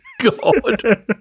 God